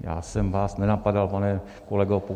Já jsem vás nenapadal, pane kolego.